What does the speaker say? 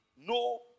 no